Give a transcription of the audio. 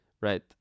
Right